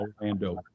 Orlando